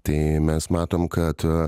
tai mes matom kad